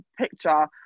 picture